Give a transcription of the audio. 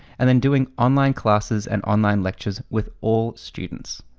and and doing online classes and online lectures with all students.